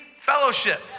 fellowship